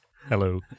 Hello